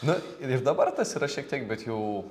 nu ir dabar tas yra šiek tiek bet jau